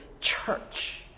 church